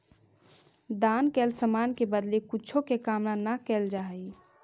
दान कैल समान के बदले कुछो के कामना न कैल जा हई